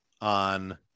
on